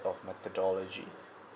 of methodology